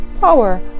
power